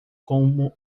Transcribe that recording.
como